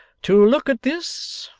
to look at this,